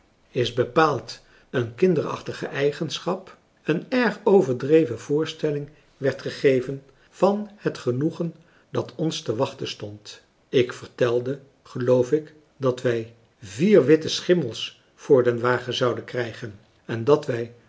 een kinderachtige eigenschap een erg overdreven voorstelling werd gegeven van het genoegen dat ons te wachten stond ik vertelde geloof ik dat wij vier witte schimmels voor den wagen zouden krijgen en dat wij